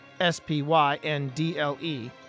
S-P-Y-N-D-L-E